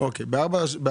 אין 19. ב-4-18,